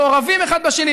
מעורבים אחד בשני,